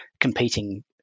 competing